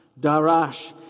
Darash